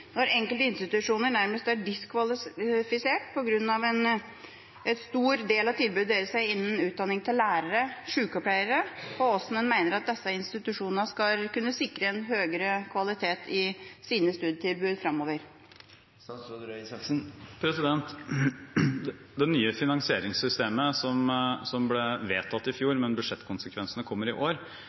når enkelte institusjoner nærmest er diskvalifisert på grunn av at en stor del av tilbudet deres er innenfor utdanning av lærere og sykepleiere – og hvordan mener man at disse institusjonene skal kunne sikre en høgere kvalitet i sine studietilbud framover? Det nye finansieringssystemet ble vedtatt i fjor, men budsjettkonsekvensene kommer i år,